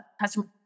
customer